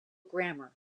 grammar